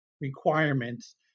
requirements